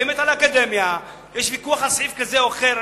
מוסכמת על האקדמיה, ויש ויכוח על סעיף כזה או אחר?